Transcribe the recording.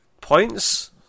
points